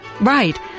Right